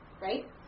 right